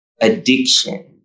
addiction